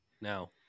now